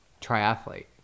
triathlete